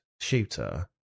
shooter